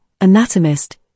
anatomist